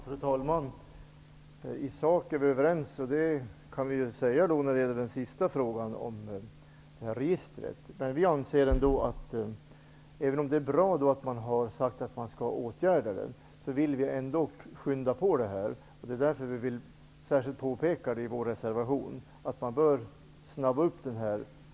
Fru talman! Stig Rindborg säger att vi är överens i sak. Det kan man säga när det gäller den sista frågan, om ett konkursregister. Det är bra att det har sagts att detta skall åtgärdas. Men vi vill ändå skynda på. Det är därför vi påpekar det i vår reservation. Man bör snabba på med detta.